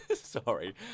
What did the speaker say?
Sorry